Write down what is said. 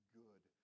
good